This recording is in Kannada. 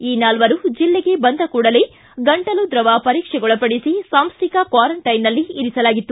ಈ ನಾಲ್ವರು ಜಿಲ್ಲೆಗೆ ಬಂದ ಕೂಡಲೇ ಗಂಟಲು ದ್ರವ ಪರೀಕ್ಷೆಗೊಳಪಡಿಸಿ ಸಾಂಸ್ಟಿಕ ಕ್ವಾರಂಟೈನ್ನಲ್ಲಿ ಇರಿಸಲಾಗಿತ್ತು